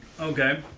Okay